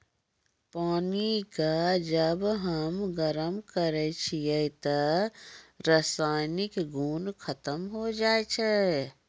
पानी क जब हम गरम करै छियै त रासायनिक गुन खत्म होय जाय छै